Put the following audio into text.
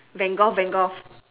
van gogh van gogh